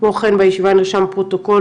כמו כן בישיבה נרשם פרוטוקול,